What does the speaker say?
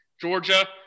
Georgia